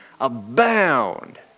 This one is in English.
abound